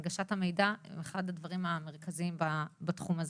הנגשת המידע הוא אחד הדברים המרכזיים בתחום הזה.